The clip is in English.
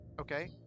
Okay